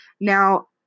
Now